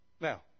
Now